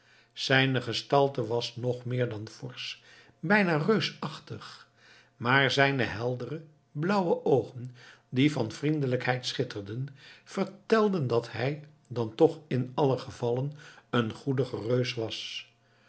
zijne gestalte was nog meer dan forsch bijna reusachtig maar zijne heldere blauwe oogen die van vriendelijkheid schitterden vertelden dat hij dan toch in alle gevallen een goedige reus was